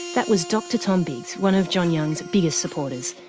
that was dr tom biggs, one of john young's biggest supporters.